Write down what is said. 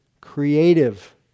creative